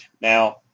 Now